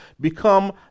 become